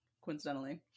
coincidentally